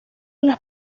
las